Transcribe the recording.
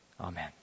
Amen